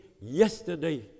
yesterday